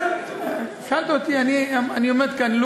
בסדר, שאלת אותי, אני עומד כאן.